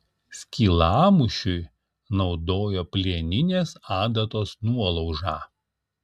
skylmušiui naudojo plieninės adatos nuolaužą